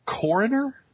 coroner